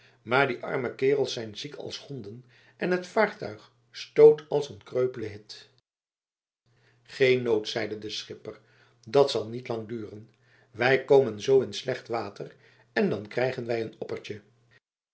maar die arme kerels zijn ziek als honden en het vaartuig stoot als een kreupele hit geen nood zeide de schipper dat zal niet lang duren wij komen zoo in slecht water en dan krijgen wij een oppertje